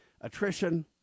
attrition